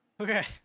Okay